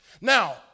Now